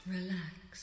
Relax